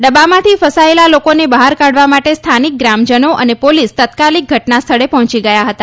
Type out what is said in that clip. ડબ્બામાંથી ફસાયેલા લોકોને બહાર કાઢવા માટે સ્થાનિક ગ્રામજનો અને પોલીસ તાત્કાલિક ઘટનાસ્થળે પહોંચી ગયા હતા